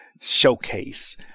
showcase